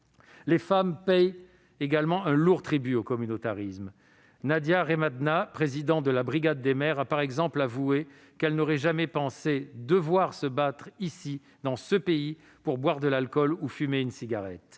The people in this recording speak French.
Les femmes paient un lourd tribut au communautarisme. Nadia Remadna, présidente de la brigade des mères, a par exemple avoué qu'elle n'aurait jamais pensé « devoir se battre ici, dans ce pays, pour boire de l'alcool ou fumer une cigarette